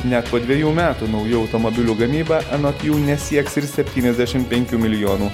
net po dviejų metų naujų automobilių gamyba anot jų nesieks ir septyniasdešim penkių milijonų